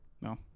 No